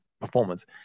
performance